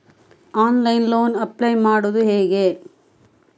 Online loan apply ಮಾಡುವುದು ಹೇಗೆ?